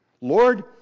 Lord